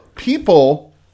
People